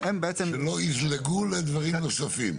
הם --- שלא יזלגו לדברים נוספים.